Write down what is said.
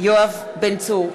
יואב בן צור,